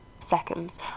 seconds